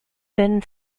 thin